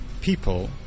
people